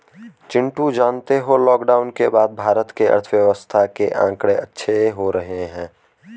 चिंटू जानते हो लॉकडाउन के बाद भारत के अर्थव्यवस्था के आंकड़े अच्छे हो रहे हैं